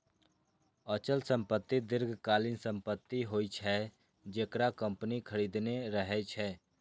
अचल संपत्ति दीर्घकालीन संपत्ति होइ छै, जेकरा कंपनी खरीदने रहै छै